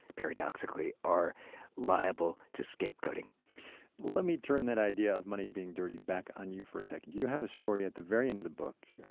paradoxically, are liable to scapegoating let me turn that idea of money being dirty back on you for a second. you have a story at the very end of the book.